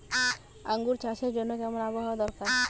আঙ্গুর চাষের জন্য কেমন আবহাওয়া দরকার?